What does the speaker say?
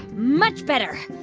much better.